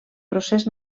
procés